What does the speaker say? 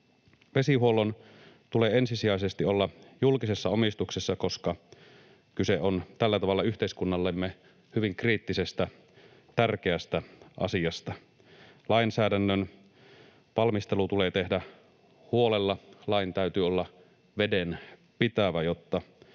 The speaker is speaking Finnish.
Vesihuollon tulee ensisijaisesti olla julkisessa omistuksessa, koska kyse on tällä tavalla yhteiskunnallemme hyvin kriittisestä, tärkeästä asiasta. Lainsäädännön valmistelu tulee tehdä huolella. Lain täytyy olla vedenpitävä, jotta